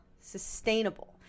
sustainable